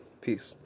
Peace